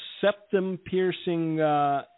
septum-piercing